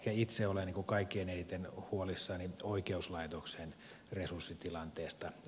ehkä itse olen kaikkein eniten huolissani oikeuslaitoksen resurssitilanteesta